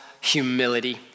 humility